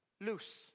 loose